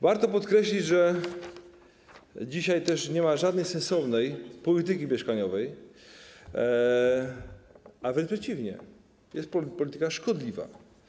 Warto podkreślić, że dzisiaj też nie ma żadnej sensownej polityki mieszkaniowej, wręcz przeciwnie - jest polityka szkodliwa.